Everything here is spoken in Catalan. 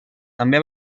també